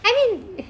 I mean